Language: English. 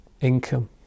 income